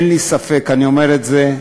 אין לי ספק, אני אומר את זה,